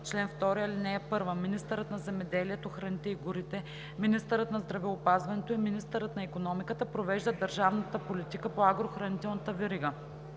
чл. 2: „Чл. 2. (1) Министърът на земеделието, храните и горите, министърът на здравеопазването и министърът на икономиката провеждат държавната политика по агрохранителната верига.